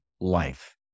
life